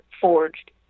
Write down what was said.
forged